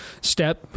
step